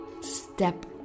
step